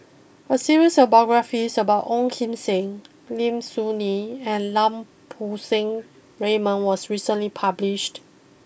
a series of biographies about Ong Kim Seng Lim Soo Ngee and Lau Poo Seng Raymond was recently published